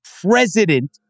president